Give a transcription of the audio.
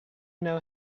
know